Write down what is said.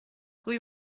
rue